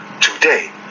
today